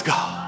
God